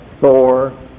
Thor